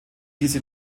diese